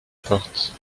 porte